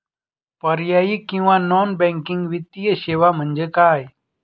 पर्यायी किंवा non banking वित्तीय सेवा म्हणजे काय?